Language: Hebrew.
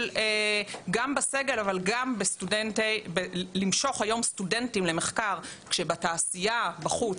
גם בסגל אבל גם למשוך היום סטודנטים למחקר כשבתעשייה בחוץ